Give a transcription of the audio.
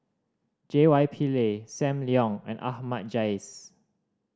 J Y Pillay Sam Leong and Ahmad Jais